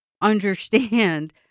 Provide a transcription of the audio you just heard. understand